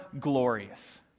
glorious